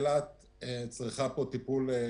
לדעתי, אילת צריכה פה טיפול ייחודי.